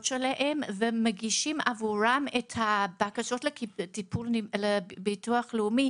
שלהם ומגישים עבורם את הבקשות לביטוח לאומי,